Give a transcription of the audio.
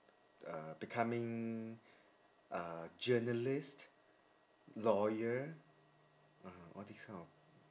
uh becoming uh journalist lawyer uh all these kind of